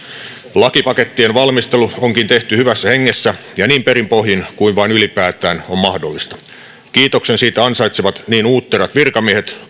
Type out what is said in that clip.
lakipakettien valmistelu onkin tehty hyvässä hengessä ja niin perin pohjin kuin vain ylipäätään on mahdollista kiitoksen siitä ansaitsevat niin uutterat virkamiehet